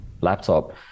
laptop